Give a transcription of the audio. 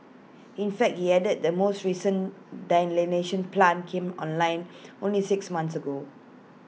in fact he added the most recent desalination plant came online only six months ago